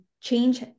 change